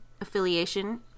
affiliation